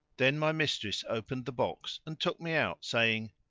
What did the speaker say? then my mistress opened the box and took me out, saying,